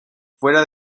fuera